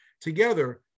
together